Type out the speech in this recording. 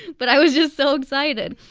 but i was just so excited